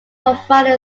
provided